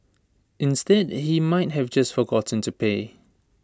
instead he might have just forgotten to pay